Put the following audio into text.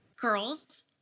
girls